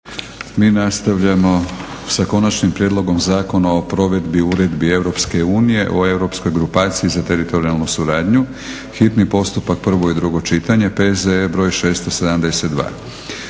Mi nastavljamo sa: - Konačnim prijedlogom Zakona o provedbi uredbi Europske unije o Europskoj grupaciji za teritorijalnu suradnju, hitni postupak, prvo i drugo čitanje, P.Z.br.672.